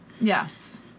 Yes